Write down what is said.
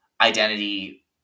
identity